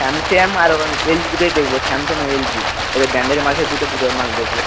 Samsung আর এবং LG দুটোই দেখব স্যামস্যাং এলজি এদের ব্র্যান্ডের নাম আছে দুটো দুটোর মাল দেখব